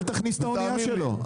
אל תכניס את האוניה שלו.